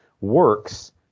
works